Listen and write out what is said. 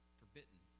forbidden